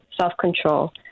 self-control